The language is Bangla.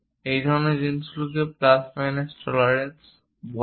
এই ধরনের জিনিসগুলিকে প্লাস মাইনাস টলারেন্স বলা হয়